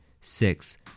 six